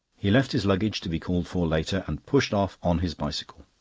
he left his luggage to be called for later, and pushed off on his bicycle.